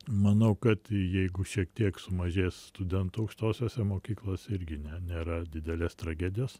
manau kad jeigu šiek tiek sumažės studentų aukštosiose mokyklose irgi ne nėra didelės tragedijos